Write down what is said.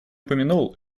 упомянул